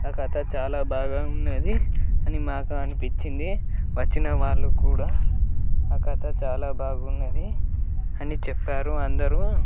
ఆ కథ చాలా బాగా ఉన్నది అని మాకు అనిపించింది వచ్చిన వాళ్ళు కూడా ఆ కథ చాలా బాగున్నది అని చెప్పారు అందరూ